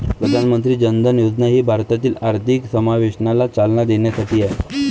प्रधानमंत्री जन धन योजना ही भारतातील आर्थिक समावेशनाला चालना देण्यासाठी आहे